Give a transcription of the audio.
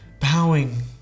bowing